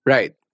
Right